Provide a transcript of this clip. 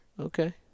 Okay